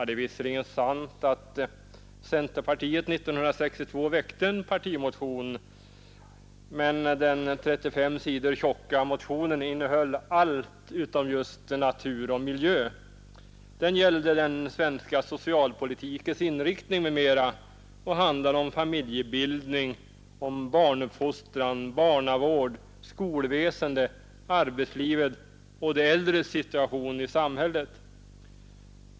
Det är visserligen sant att centerpartiet år 1962 väckte en partimotion, men den 35 sidor tjocka motionen rörde allt — utom just natur och miljö; den gällde den svenska socialpolitikens inriktning m.m. och handlade om familjebildning, barnuppfostran, barnavård, skolväsende, arbetslivet och de äldres situation i samhället.